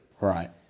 Right